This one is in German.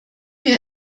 wir